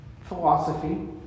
philosophy